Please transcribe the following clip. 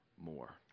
more